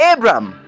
Abraham